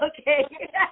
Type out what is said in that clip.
Okay